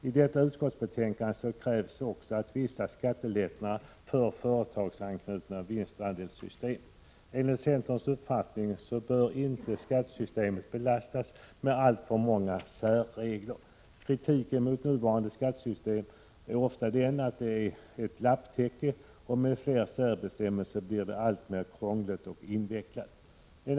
I detta utskottsbetänkande framförs också krav på vissa skattelättnader för företagsanknutna vinstandelssystem. Enligt centerns uppfattning bör inte skattesystemet belastas med alltför många särregler. I kritiken mot nuvarande skattesystem sägs ofta att systemet är ett lapptäcke. Med flera särbestämmelser blir det alltmer krångligt och invecklat.